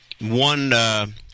One